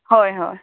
हय हय